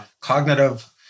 cognitive